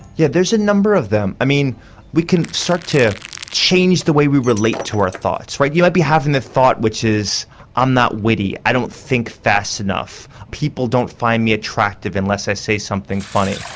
yeah, there's a number of them. i mean we can start to change the way we relate to our thoughts right you might be having a thought which is i'm not witty, i don't think fast enough, people don't find me attractive unless i say something funny.